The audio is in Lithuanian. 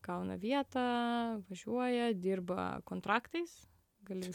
gauna vietą važiuoja dirba kontraktais gali